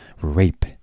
Rape